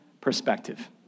perspective